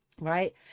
Right